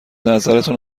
نظرتون